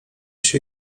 się